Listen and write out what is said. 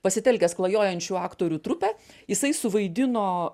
pasitelkęs klajojančių aktorių trupę jisai suvaidino